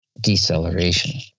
deceleration